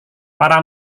para